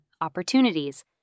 opportunities